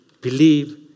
believe